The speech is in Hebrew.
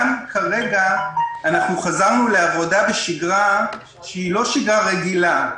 גם כרגע חזרנו לעבודה בשגרה שהיא לא שגרה רגילה.